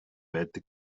байдаг